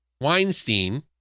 Weinstein